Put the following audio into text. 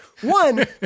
One